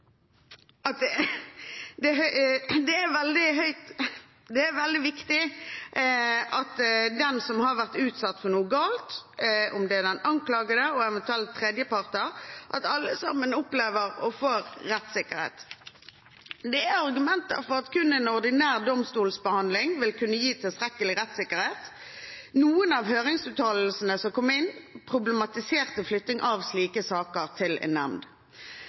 er opptatt av rettssikkerheten. Det er veldig viktig at den som har vært utsatt for noe galt, om det er den anklagede og eventuelle tredjeparter, opplever å ha rettssikkerhet. Det er argumenter for at kun en ordinær domstolsbehandling vil kunne gi tilstrekkelig rettssikkerhet. Noen av høringsuttalelsene som kom inn, problematiserte flytting av slike saker til en nemnd.